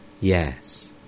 Yes